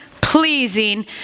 pleasing